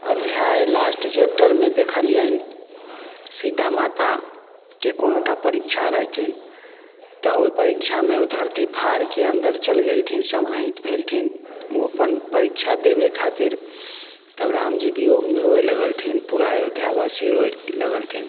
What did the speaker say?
अध्याय लास्ट चेप्टरमे देखलियनि सीता माताके कोनो टा परीक्षा रहतनि तऽ ओहि परीक्षामे ओ धरती फाड़िके अन्दर चलि गेलथिन समाहित भेलथिन ओ अपन परीक्षा देबै खातिर तऽ रामजी वियोगमे रोये लगलथिन पूरा अयोध्या वासी रोये लगलथिन